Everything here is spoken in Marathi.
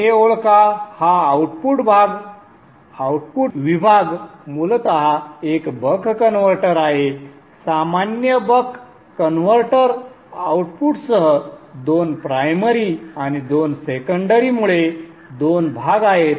येथे ओळखा हा आउटपुट भाग आउटपुट विभाग मूलत एक बक कनवर्टर आहे सामान्य बक कन्व्हर्टर आउटपुटसह दोन प्राइमरी आणि दोन सेकंडरी मुळे 2 भाग आहेत